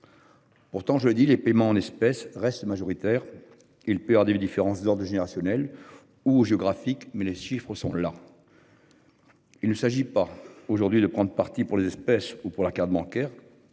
Pourtant jeudi les paiements en espèces reste majoritaire. Il peut avoir des différences d'ordre générationnel ou géographique, mais les chiffres sont là. Il ne s'agit pas aujourd'hui de prendre parti pour les espèces ou pour la carte bancaire